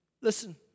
Listen